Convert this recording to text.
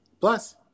Plus